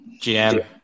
GM